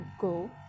go